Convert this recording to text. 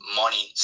money